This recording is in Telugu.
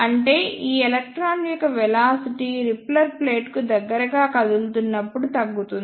అంటే ఈ ఎలక్ట్రాన్ యొక్క వెలాసిటీ రిపెల్లర్ ప్లేట్కు దగ్గరగా కదులుతున్నప్పుడు తగ్గుతుంది